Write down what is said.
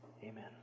Amen